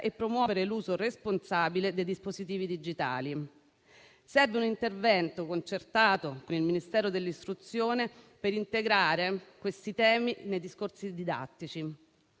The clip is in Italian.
e promuovere l'uso responsabile dei dispositivi digitali. Serve un intervento concertato con il Ministero dell'istruzione per integrare questi temi nei discorsi didattici.